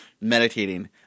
meditating